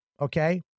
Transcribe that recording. Okay